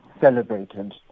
celebrated